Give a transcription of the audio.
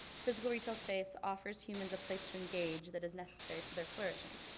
physical retail space offers humans a place to engage that is necessary for their flourishing.